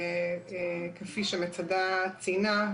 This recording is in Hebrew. כפי שמצדה ציינה,